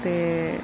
ਅਤੇ